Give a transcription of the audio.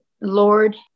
Lord